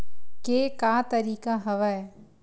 के का तरीका हवय?